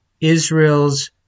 Israel's